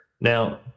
Now